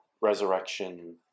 resurrection